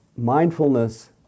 Mindfulness